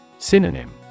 Synonym